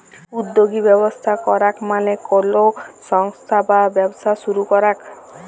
উদ্যগী ব্যবস্থা করাক মালে কলো সংস্থা বা ব্যবসা শুরু করাক